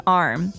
arm